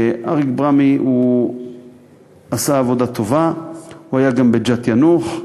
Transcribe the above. אריק ברמי עשה עבודה טובה, הוא היה גם בג'ת-יאנוח.